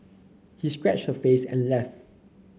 he scratched her face and left